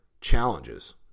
challenges